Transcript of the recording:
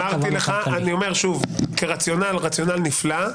אמרתי לך ואני אומר שוב כרציונל זה רציונל נפלא.